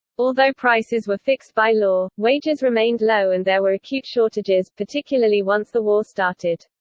although prices were fixed by law, wages remained low and there were acute shortages, particularly once the war started.